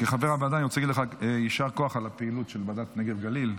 כחבר הוועדה רציתי להגיד לך יישר כוח על הפעילות של ועדת הנגב והגליל.